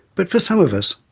but for some of us,